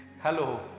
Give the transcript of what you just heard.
Hello